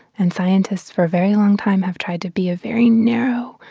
and scientists, for a very long time, have tried to be a very narrow,